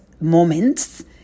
moments